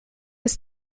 ist